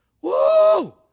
Woo